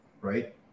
right